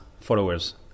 followers